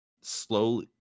slowly